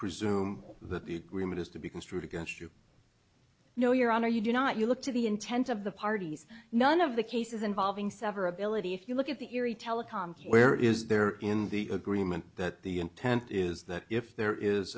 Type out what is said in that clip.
presume that the agreement is to be construed against you no your honor you do not you look to the intent of the parties none of the cases involving severability if you look at the erie telecom where is there in the agreement that the intent is that if there is